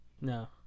No